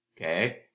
Okay